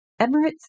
Emirates